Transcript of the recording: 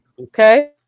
Okay